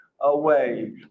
away